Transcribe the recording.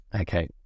Okay